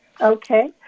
Okay